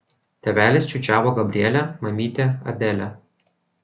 tėvelis čiūčiavo gabrielę mamytė adelę